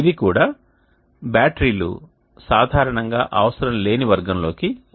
ఇది కూడా బ్యాటరీలు సాధారణంగా అవసరం లేని వర్గంలోకి వస్తుంది